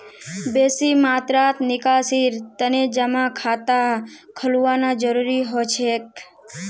बेसी मात्रात निकासीर तने जमा खाता खोलवाना जरूरी हो छेक